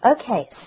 Okay